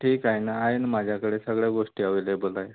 ठीक आहे ना आहे न माझ्याकडे सगळ्या गोष्टी अवेलेबल आहे